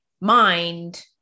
mind